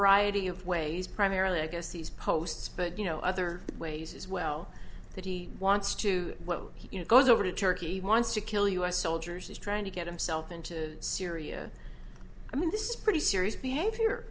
of ways primarily i guess these posts but you know other ways as well that he wants to you know goes over to turkey wants to kill u s soldiers he's trying to get himself into syria i mean this is pretty serious behavior